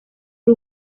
ari